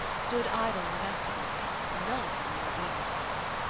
stood idle in the vestibule none of them wore evening dress.